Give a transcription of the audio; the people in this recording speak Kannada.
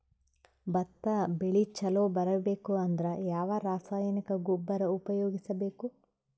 ಭತ್ತ ಬೆಳಿ ಚಲೋ ಬರಬೇಕು ಅಂದ್ರ ಯಾವ ರಾಸಾಯನಿಕ ಗೊಬ್ಬರ ಉಪಯೋಗಿಸ ಬೇಕು?